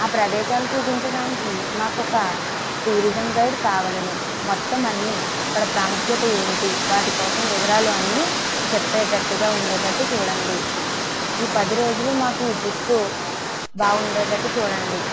ఆ ప్రదేశాలు చూపించడానికి మాకొక టూరిజం గైడ్ కావలెను మొత్తం అన్నీ అక్కడ ప్రాముఖ్యత ఏంటి వాటి కోసం వివరాలు అన్నీ చెప్పేటట్టుగా ఉండేటట్టు చూడండి ఈ పది రోజులు మాకు ట్రిప్పు బాగుండేటట్టు చూడండి